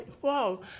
whoa